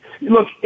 look